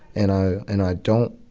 and i and i don't,